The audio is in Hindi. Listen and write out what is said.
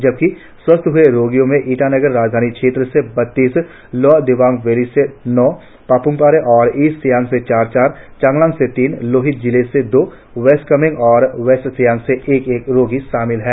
जबकि स्वस्थ हए रोगीयों में ईटानगर राजधानी क्षेत्र से बत्तीस लोअर दिबांग वैली से नौं पाप्मपारे और ईस्ट सियांग से चार चार चांगलांग से तीन लोहित जिले से दो वेस्ट कार्मेग़ और वेस्ट सियांग से एक एक रोगी शामिल है